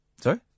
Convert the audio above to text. Sorry